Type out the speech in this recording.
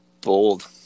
bold